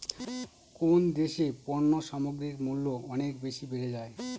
কোন দেশে পণ্য সামগ্রীর মূল্য অনেক বেশি বেড়ে যায়?